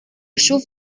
schuf